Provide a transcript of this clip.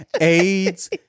AIDS